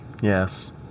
Yes